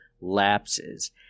lapses